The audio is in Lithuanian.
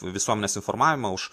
visuomenės informavimą už